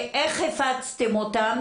איך הפצתם אותם?